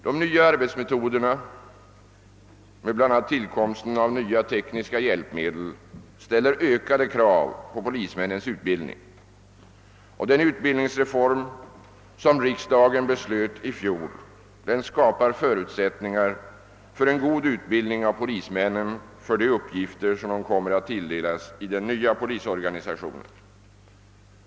De nya arbetsmetoderna, med bl.a. tillkomsten av nya tekniska hjälpmedel, ställer ökade krav på polismännens utbildning, och den utbildningsreform som riksdagen i fjol fattade beslut om skapar förutsättningar för en god utbildning av polismännen för de uppgifter som kommer att tilldelas dem i den nya polisorganisationen.